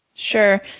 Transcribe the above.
Sure